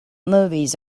movies